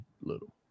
little